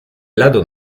lado